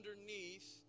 underneath